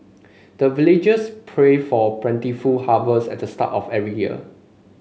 the villagers pray for plentiful harvest at the start of every year